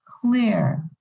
clear